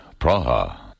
Praha